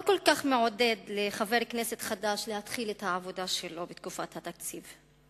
לא כל כך מעודד לחבר כנסת חדש להתחיל את העבודה שלו בתקופת התקציב,